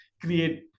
Create